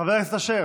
חבר הכנסת אשר,